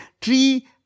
tree